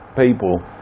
people